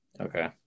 Okay